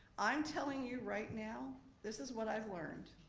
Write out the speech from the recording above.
i'm telling you right now this is what i've learned.